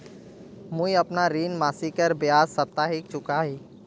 मुईअपना ऋण मासिकेर बजाय साप्ताहिक चुका ही